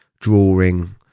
drawing